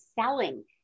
selling